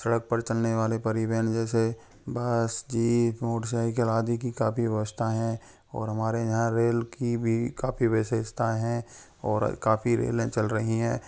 सड़क पर चलने वाले परिवहन जैसे बस जीप मोटरसाइकिल आदि की काफ़ी व्यवस्था है और हमारे यहाँ रेल की भी काफ़ी विशेषताएँ हैं और काफ़ी रेलें चल रहीं हैं